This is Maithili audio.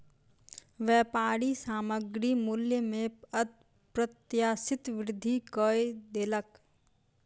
व्यापारी सामग्री मूल्य में अप्रत्याशित वृद्धि कय देलक